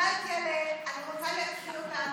אנחנו לא בסלט ירקות.